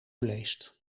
leest